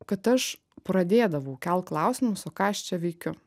kad aš pradėdavau kelt klausimus o ką aš čia veikiu